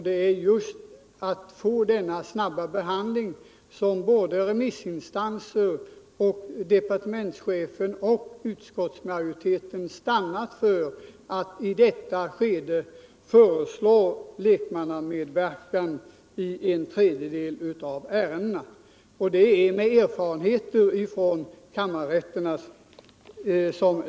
Det är för att få denna snabba behandling som såväl remissinstanserna som departementschefen och utskottsmajoriteten stannat för att i detta skede föreslå lekmannamedverkan i en tredjedel av ärendena. Detta har skett efter erfarenheter från kammarrätterna.